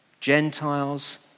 Gentiles